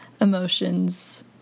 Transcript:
emotions